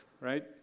right